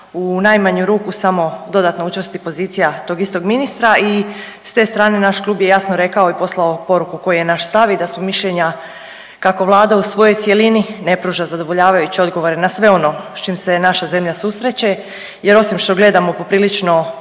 u najmanju ruku samo dodatno učvrsti pozicija tog istog ministra i s te strane naš Klub je jasno rekao i poslao poruku koji je naš stav i da smo mišljenja kako Vlada u svojoj cjelini ne pruža zadovoljavajuće odgovore na sve ono s čim se naša zemlja susreće. Jer osim što gledamo poprilično